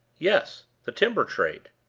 yes the timber trade.